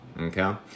Okay